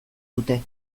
dute